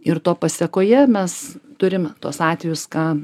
ir to pasekoje mes turime tuos atvejus ką